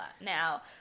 now